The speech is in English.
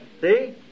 See